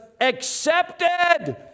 accepted